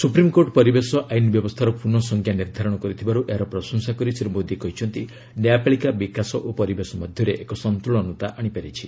supreme court ପରିବେଶ ଆଇନ ବ୍ୟବସ୍ଥାର ପୁନଃ ସଂଜ୍ଞା ନିର୍ଦ୍ଧାରଣ କରିଥିବାରୁ ଏହାର ପ୍ରଶଂସା କରି ଶ୍ରୀ ମୋଦି କହିଛନ୍ତି ନ୍ୟାୟପାଳିକା ବିକାଶ ଓ ପରିବେଶ ମଧ୍ୟରେ ଏକ ସନ୍ତ୍ରଳନତା ଆଣିପାରିଛି